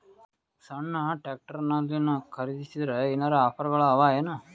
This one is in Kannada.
ಸಣ್ಣ ಟ್ರ್ಯಾಕ್ಟರ್ನಲ್ಲಿನ ಖರದಿಸಿದರ ಏನರ ಆಫರ್ ಗಳು ಅವಾಯೇನು?